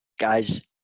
guys